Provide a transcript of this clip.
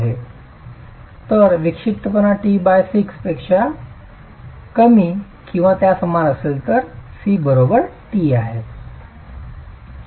तर जर विक्षिप्तपणा t 6 पेक्षा कमी किंवा त्या समान असेल तर c t बरोबर